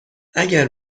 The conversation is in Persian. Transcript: اگر